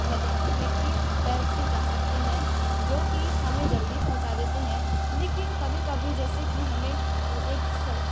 मदद में कि हेल्प से जा सकते हैं जो कि हमें जल्दी पहुँचा देते हैं लेकिन कभी कभी जैसे कि हमें